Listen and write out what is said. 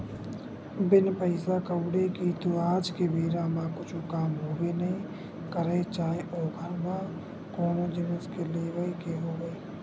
बिन पइसा कउड़ी के तो आज के बेरा म कुछु काम होबे नइ करय चाहे ओ घर म कोनो जिनिस के लेवई के होवय